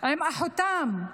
עם אחותם,